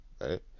right